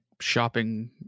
shopping